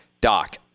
Doc